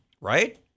Right